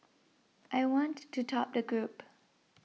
I want to top the group